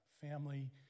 family